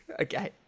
Okay